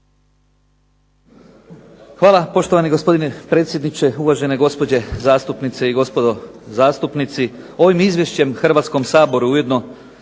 Hvala poštovani gospodine predsjedniče, uvažene zastupnice i gospodo zastupnici. Ovim Izvješćem Hrvatskom saboru ujedno